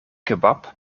kebab